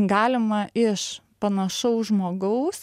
galima iš panašaus žmogaus